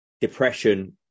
depression